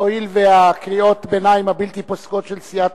הואיל וקריאות הביניים הבלתי פוסקות של סיעת